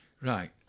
Right